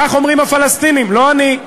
כך אומרים הפלסטינים, לא אני.